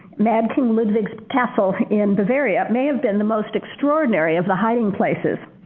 mad king ludwig's castle in bavaria, may have been the most extraordinary of the hiding places.